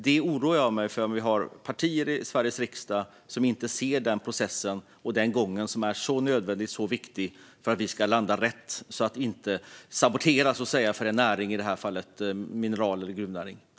Jag oroar mig för om vi har partier i Sveriges riksdag som inte ser att den processen och gången är nödvändig och viktig för att vi ska landa rätt och inte sabotera för en näring, i detta fall mineral eller gruvnäringen.